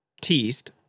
teased